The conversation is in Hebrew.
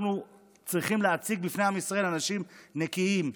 אנחנו צריכים להציג בפני עם ישראל אנשים נקיים,